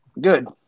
Good